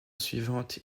suivante